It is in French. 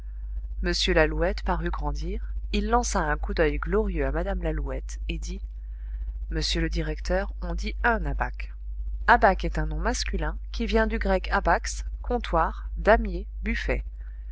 m lalouette parut grandir il lança un coup d'oeil glorieux à mme lalouette et dit monsieur le directeur on dit un abaque abaque est un nom masculin qui vient du grec abax comptoir damier buffet